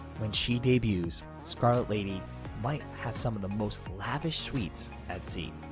when she debuts, scarlet lady might have some of the most lavish suites at sea.